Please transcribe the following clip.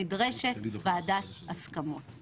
נדרשת ועדת הסכמות.